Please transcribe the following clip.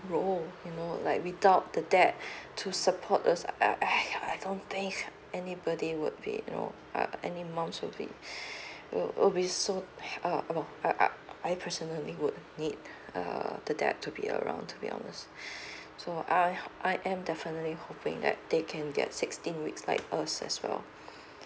role you know like without the dad to support us ai !aiya! I don't think anybody would be you know err any mom will be will be so ah you know I personally would need uh the dad to be around to be honest so I I'm definitely hoping that they can get sixteen weeks like us as well